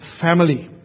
family